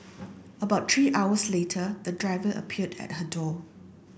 about three hours later the driver appeared at her door